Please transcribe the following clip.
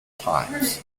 times